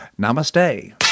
Namaste